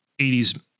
80s